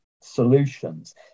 solutions